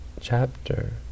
chapter